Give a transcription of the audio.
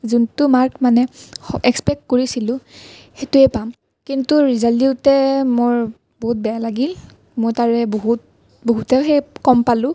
যিটো মাৰ্ক মানে এক্সপেক্ট কৰিছিলোঁ সেইটোৱে পাম কিন্তু ৰিজাল্ট দিওঁতে মোৰ বহুত বেয়া লাগিল মই তাৰে বহুত বহুতেই কম পালোঁ